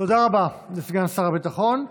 תודה רבה לסגן שר הביטחון.